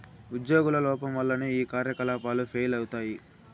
ఉజ్యోగుల లోపం వల్లనే ఈ కార్యకలాపాలు ఫెయిల్ అయితయి